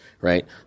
right